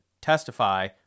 testify